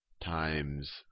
times